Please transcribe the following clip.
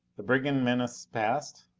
the brigand menace past?